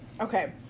Okay